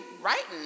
writing